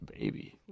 baby